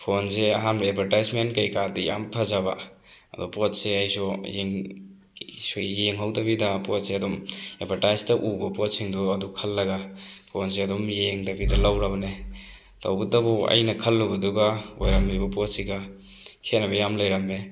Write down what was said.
ꯐꯣꯟꯁꯦ ꯑꯍꯥꯟꯕ ꯑꯦꯗꯕꯔꯇꯥꯏꯖꯃꯦꯟ ꯀꯩꯀꯥꯗꯤ ꯌꯥꯝ ꯐꯖꯕ ꯑꯗꯣ ꯄꯣꯠꯁꯦ ꯑꯩꯁꯨ ꯌꯦꯡ ꯌꯦꯡꯍꯧꯗꯕꯤꯗ ꯄꯣꯠꯁꯦ ꯑꯗꯨꯝ ꯑꯦꯗꯕꯔꯇꯥꯏꯖꯇ ꯎꯕ ꯄꯣꯠꯁꯤꯡꯗꯣ ꯑꯗꯨ ꯈꯜꯂꯒ ꯐꯣꯟꯁꯦ ꯑꯗꯨꯝ ꯌꯦꯡꯗꯕꯤꯗ ꯂꯧꯔꯕꯅꯦ ꯇꯧꯕꯇꯕꯨ ꯑꯩꯅ ꯈꯜꯂꯨꯕꯗꯨꯒ ꯑꯣꯏꯔꯝꯃꯤꯕ ꯄꯣꯠꯁꯤꯒ ꯈꯦꯠꯅꯕ ꯌꯥꯝ ꯂꯩꯔꯝꯃꯦ